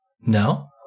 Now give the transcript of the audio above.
no